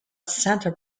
santa